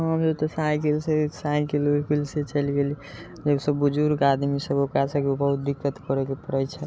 हमरा तऽ साइकलसँ साइकल ओइकलसँ चल गेली जैसे बुजुर्ग आदमी सब ओकरा सबके बहुत दिक्कत करैके पड़ै छै